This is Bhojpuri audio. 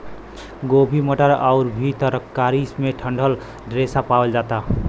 गोभी मटर आउर भी तरकारी में डंठल रेशा पावल जाला